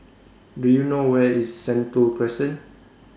Do YOU know Where IS Sentul Crescent